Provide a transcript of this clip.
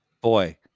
Boy